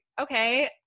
okay